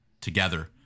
together